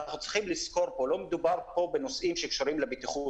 צריך לזכור, לא מדובר פה בנושאים שקשורים לבטיחות.